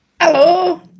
hello